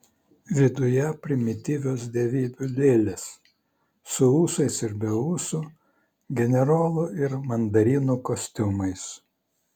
viduje primityvios dievybių lėlės su ūsais ir be ūsų generolų ir mandarinų kostiumais